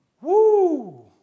Woo